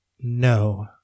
No